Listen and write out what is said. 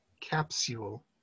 capsule